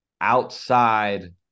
outside